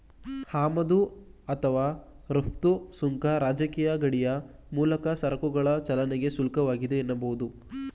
ಆಮದು ಅಥವಾ ರಫ್ತು ಸುಂಕ ರಾಜಕೀಯ ಗಡಿಯ ಮೂಲಕ ಸರಕುಗಳ ಚಲನೆಗೆ ಶುಲ್ಕವಾಗಿದೆ ಎನ್ನಬಹುದು